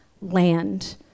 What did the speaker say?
land